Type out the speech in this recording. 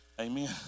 Amen